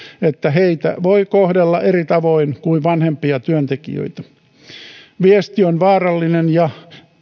että heitä voi kohdella eri tavoin kuin vanhempia työntekijöitä viesti on vaarallinen ja